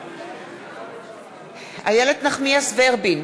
נגד איילת נחמיאס ורבין,